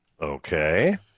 Okay